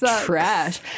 trash